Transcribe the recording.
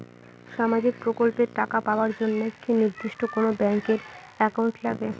সামাজিক প্রকল্পের টাকা পাবার জন্যে কি নির্দিষ্ট কোনো ব্যাংক এর একাউন্ট লাগে?